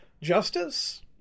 justice